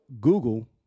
Google